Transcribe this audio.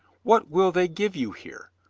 what will they give you here?